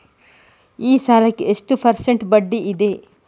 ಈ ಸಾಲಕ್ಕೆ ಎಷ್ಟು ಪರ್ಸೆಂಟ್ ಬಡ್ಡಿ ಇದೆ?